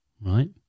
right